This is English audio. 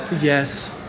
yes